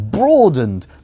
broadened